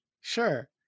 Sure